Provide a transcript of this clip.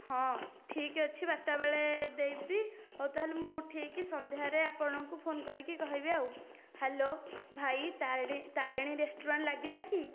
ହଁ ଠିକ ଅଛି ବାରଟା ବେଳେ ଦେବି ହେଉ ତାହେଲେ ମୁଁ ଠିକ ସନ୍ଧ୍ୟାରେ ଆପଣଙ୍କୁ ଫୋନ୍ କରିକି କହିବି ଆଉ ହ୍ୟାଲୋ ଭାଇ ତାରେଣି ତାରେଣି ରେସ୍ତୋରାଁ ଲାଗିଲା କି